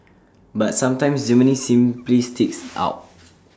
but sometimes Germany simply sticks out